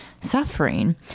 suffering